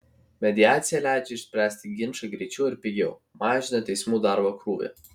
mediacija leidžia išspręsti ginčą greičiau ir pigiau mažina teismų darbo krūvį